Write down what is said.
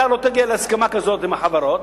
אתה לא תגיע להסכמה כזאת עם החברות,